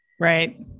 right